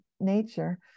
nature